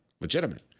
legitimate